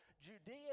Judea